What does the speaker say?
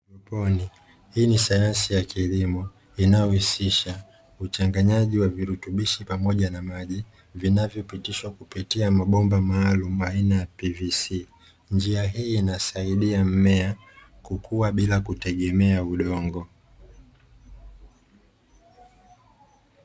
Mponi, hii ni sayansi ya kilimo inayohusisha uchanganyaji wa virutubisho pamoja na maji, vinavyopitishwa kupitia mabomba maalumu aina ya " PVC ". Njia hii inasaidia mmea kukua bila kutegemea udongo.